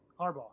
Harbaugh